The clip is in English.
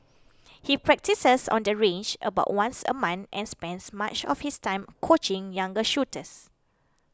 he practises on the range about once a month and spends much of his time coaching younger shooters